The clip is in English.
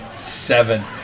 seven